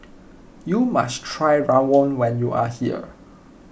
you must try Rawon when you are here